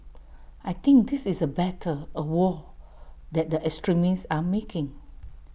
I think this is A battle A war that the extremists are making